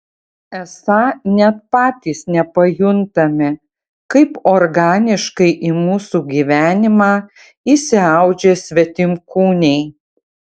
esą net patys nepajuntame kaip organiškai į mūsų gyvenimą įsiaudžia svetimkūniai